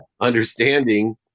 understanding